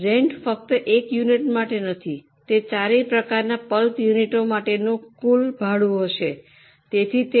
rent ફક્ત એક unit માટે નથી તે ચારેય પ્રકારના પલ્પ યુનિટો માટેનું કુલ ભાડું હશે